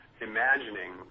imagining